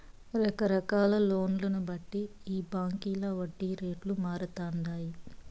రకరకాల లోన్లను బట్టి ఈ బాంకీల వడ్డీ రేట్లు మారతండాయి